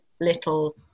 little